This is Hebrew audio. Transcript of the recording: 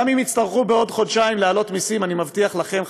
גם אם יצטרכו בעוד חודשיים להעלות מסים אני מבטיח לכם,